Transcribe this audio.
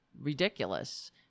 ridiculous